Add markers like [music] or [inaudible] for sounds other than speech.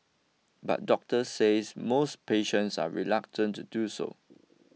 but doctors says most patients are [noise] reluctant to do so